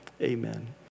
amen